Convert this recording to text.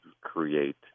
create